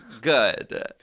good